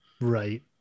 right